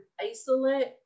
isolate